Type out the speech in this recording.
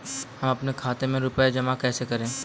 हम अपने खाते में रुपए जमा कैसे करें?